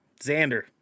Xander